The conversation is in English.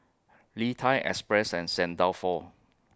Lee Thai Express and Saint Dalfour